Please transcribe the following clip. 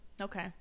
Okay